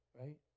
Right